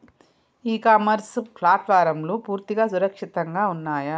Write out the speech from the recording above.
ఇ commerce ప్లాట్ఫారమ్లు పూర్తిగా సురక్షితంగా ఉన్నయా?